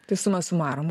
tai summa summarum